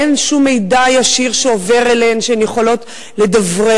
לא עובר אליהן שום מידע ישיר שהן יכולות לדברר.